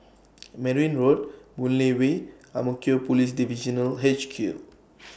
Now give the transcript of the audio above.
Merryn Road Boon Lay Way and Ang Mo Kio Police Divisional H Q